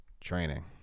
training